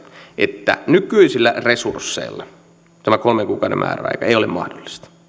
että nykyisillä resursseilla tämä kolmen kuukauden määräaika ei ole mahdollista